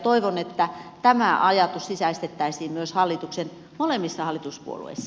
toivon että tämä ajatus sisäistettäisiin myös molemmissa hallituspuolueissa